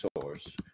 source